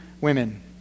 women